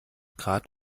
grad